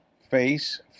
face